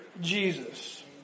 Jesus